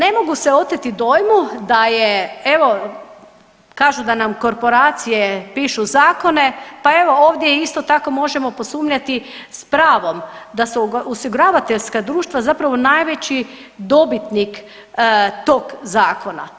Ne mogu se oteti dojmu da je evo kažu da nam korporacije pišu zakone, pa evo ovdje isto tako možemo posumnjati s pravom da su osiguravateljska društva zapravo najveći dobitnik tog zakona.